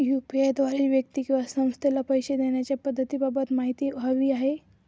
UPI द्वारे व्यक्ती किंवा संस्थेला पैसे देण्याच्या पद्धतींबाबत माहिती हवी आहे